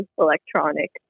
electronic